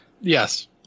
Yes